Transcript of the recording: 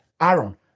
Aaron